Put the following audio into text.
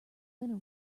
winner